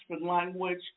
language